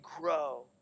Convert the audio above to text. grow